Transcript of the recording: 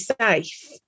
safe